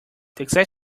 exact